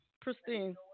Pristine